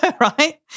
right